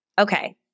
Okay